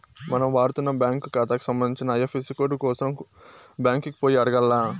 మనం వాడతన్న బ్యాంకు కాతాకి సంబంధించిన ఐఎఫ్ఎసీ కోడు కోసరం బ్యాంకికి పోయి అడగాల్ల